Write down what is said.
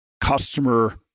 customer